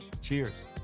cheers